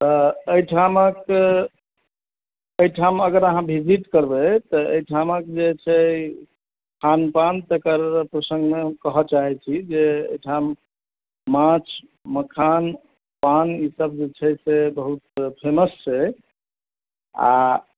एहि ठामक एहिठाम अगर अहाँ भिजिट करबै तऽ एहिठामक जे छै खान पान तकर प्रसंगमे कहय चाहैत छी जे एहिठाम माछ मखान पान ईसभ जे छै से बहुत फेमस छै आ